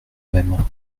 même